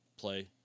play